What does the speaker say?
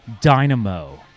dynamo